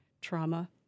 trauma